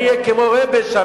אני עכשיו עומד פה,